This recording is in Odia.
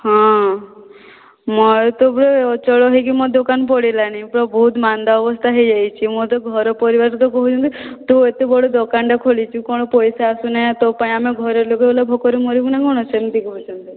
ହଁ ମୋର ତ ପୁରା ଅଚଳ ହୋଇକି ମୋ ଦୋକାନ ପଡ଼ିଲାଣି ପୁରା ବହୁତ ମାନ୍ଦା ଅବସ୍ଥା ହୋଇଯାଇଛି ମୋର ତ ଘର ପରିବାର ତ କହୁଛନ୍ତି ତୁ ଏତେ ବଡ଼ ଦୋକାନଟେ ଖୋଲିଛୁ କ'ଣ ପଇସା ଆସୁନାହିଁ ତୋ ପାଇଁ ଆମ ଘର ଲୋକ ହେଲେ ଭୋକରେ ମରିବୁ ନା କ'ଣ ସେମିତି କହୁଛନ୍ତି